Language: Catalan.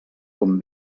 com